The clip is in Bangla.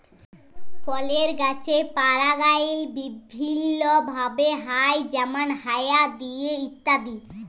ফলের গাছের পরাগায়ল বিভিল্য ভাবে হ্যয় যেমল হায়া দিয়ে ইত্যাদি